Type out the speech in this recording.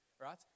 right